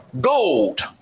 gold